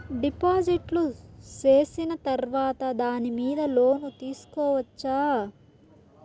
డిపాజిట్లు సేసిన తర్వాత దాని మీద లోను తీసుకోవచ్చా?